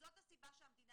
זאת הסיבה שהמדינה